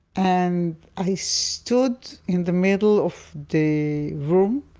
and i stood in the middle of the room,